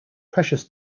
precious